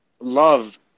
love